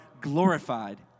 glorified